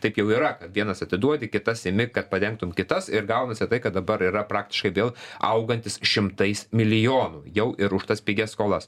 taip jau yra kad vienas atiduodi kitas imi kad padengtum kitas ir gaunasi tai kad dabar yra praktiškai vėl augantis šimtais milijonų jau ir už tas pigias skolas